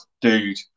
dude